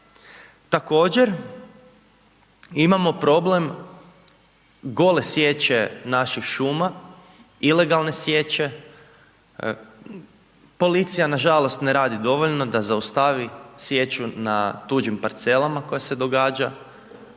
Također imamo problem gole sječe naših šuma, ilegalne sječe, policija nažalost ne radi dovoljno da zaustavi sječu na tuđim parcelama koja se događa